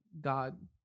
God